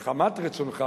למה שישיבו?